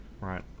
Right